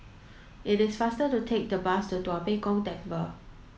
it is faster to take the bus to Tua Pek Kong Temple